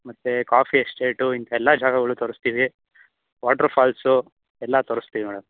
ಮತ್ತೆ coffee estate ಇಂಥ ಎಲ್ಲ ಜಾಗಗಳು ತೋರಿಸ್ತೀವಿ ವಾಟ್ರು ಫಾಲ್ಸು ಎಲ್ಲ ತೋರಿಸ್ತೀವಿ ಮೇಡಮ್